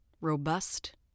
robust